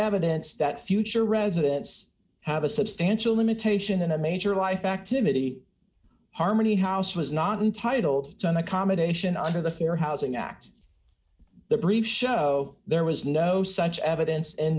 evidence that future residents have a substantial limitation in a major life activity harmony house was not entitled to an accommodation under the fair housing act the brief show there was no such evidence in